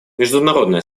международное